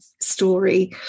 story